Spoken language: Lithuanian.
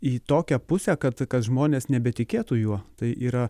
į tokią pusę kad kad žmonės nebetikėtų juo tai yra